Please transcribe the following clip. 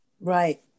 Right